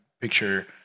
picture